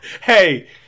Hey